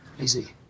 Easy